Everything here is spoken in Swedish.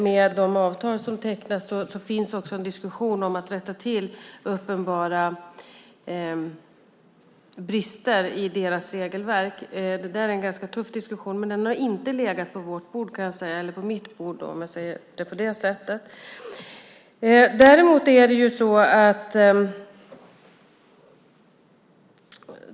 Med de avtal som tecknas förs också en diskussion om att rätta till uppenbara brister i deras regelverk. Det är en ganska tuff diskussion, men den har inte legat på mitt bord.